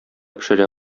пешерә